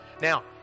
Now